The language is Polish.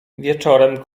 wieczorem